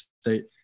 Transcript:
State